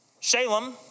Shalem